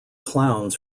clowns